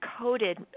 coated